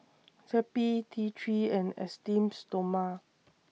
Zappy T three and Esteem Stoma